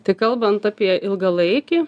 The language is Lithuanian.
tai kalbant apie ilgalaikį